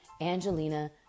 Angelina